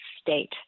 state